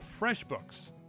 FreshBooks